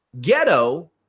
Ghetto